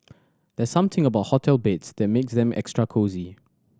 there's something about hotel beds that makes them extra cosy